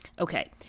Okay